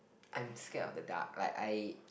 I'm scared of the dark like I